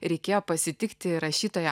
reikėjo pasitikti rašytoją